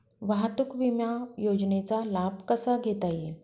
वाहतूक विमा योजनेचा लाभ कसा घेता येईल?